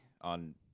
on